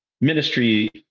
Ministry